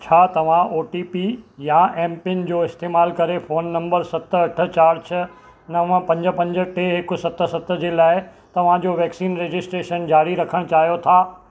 छा तव्हां O T P या एमपिन जो इस्तेमालु करे फ़ोन नंबर सत अठ चार छह नव पंज पंज टे हिकु सत सत जे लाइ तव्हां जो वैक्सीन रजिस्ट्रेशन जारी रखणु चाहियो था